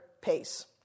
pace